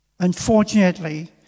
Unfortunately